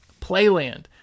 Playland